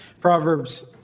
Proverbs